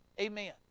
Amen